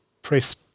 Press